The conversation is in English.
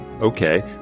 Okay